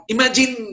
Imagine